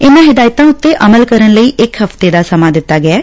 ਇਨ੍ਹਾਂ ਹਦਾਇਤਾਂ ਉਂਤੇ ਅਮਲ ਕਰਨ ਲਈ ਇਕ ਹਫਤੇ ਦਾ ਸਮਾਂ ਦਿੱਤਾ ਗਿਐ